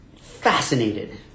fascinated